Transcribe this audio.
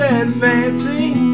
advancing